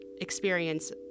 experience